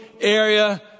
area